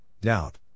doubt